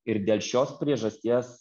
ir dėl šios priežasties